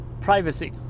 privacy